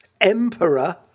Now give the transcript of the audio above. Emperor